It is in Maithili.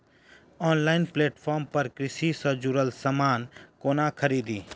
ऑनलाइन प्लेटफार्म पर कृषि सँ जुड़ल समान कोना खरीदी?